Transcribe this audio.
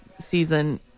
season